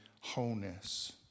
wholeness